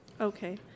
Okay